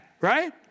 right